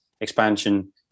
expansion